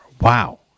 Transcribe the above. Wow